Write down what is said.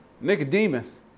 Nicodemus